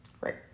Right